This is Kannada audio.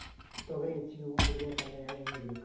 ತೊಗರಿ ಹೆಚ್ಚಿಗಿ ಹೂವ ಬಿಡಬೇಕಾದ್ರ ಯಾವ ಎಣ್ಣಿ ಹೊಡಿಬೇಕು?